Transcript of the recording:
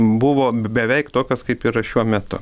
buvo be beveik tokios kaip yra šiuo metu